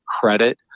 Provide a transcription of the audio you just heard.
credit